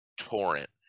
torrent